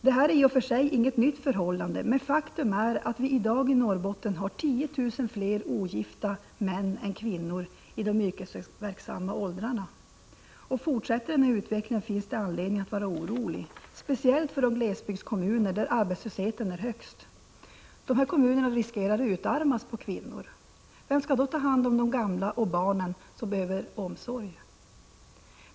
Det är i och för sig inget nytt förhållande, men faktum är att vi i dag i Norrbotten har 10 000 fler ogifta män än ogifta kvinnor i de yrkesverksamma åldrarna. Fortsätter den här utvecklingen finns det anledning att vara orolig, speciellt för de glesbygdskommuner där arbetslösheten är högst. Dessa kommuner riskerar att utarmas på kvinnor. Vem skall då ta hand om de gamla och barnen, som behöver omsorg?